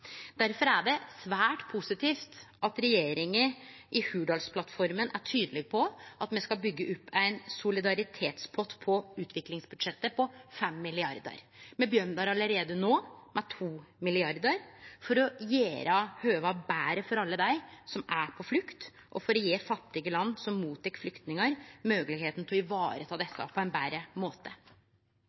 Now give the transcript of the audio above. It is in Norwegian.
er det svært positivt at regjeringa i Hurdalsplattforma er tydeleg på at me skal byggje opp ein solidaritetspott på utviklingsbudsjettet på 5 mrd. kr. Me begynner allereie no, med 2 mrd. kr, for å gjere høvet betre for alle dei som er på flukt, og for å gje fattige land som tek imot flyktningar, moglegheit til å vareta dei på ein betre måte.